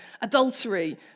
adultery